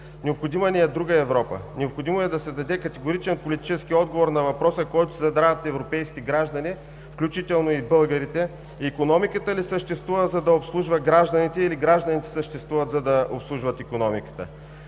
Необходима ни е друга Европа! Необходимо е да се даде категоричен политически отговор на въпроса, който си задават европейските граждани, включително и българите – икономиката ли съществува, за да обслужва гражданите или гражданите съществуват, за да обслужват икономиката.